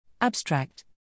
Abstract